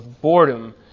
boredom